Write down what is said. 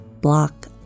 block